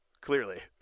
Clearly